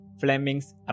Fleming's